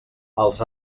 als